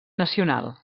nacional